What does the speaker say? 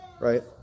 right